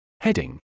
Heading